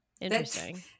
Interesting